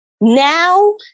Now